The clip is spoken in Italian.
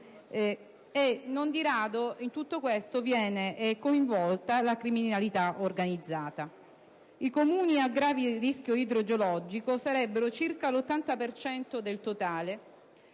e non di rado in tutto questo viene coinvolta la criminalità organizzata. I Comuni a grave rischio idrogeologico sarebbero circa l'80 per cento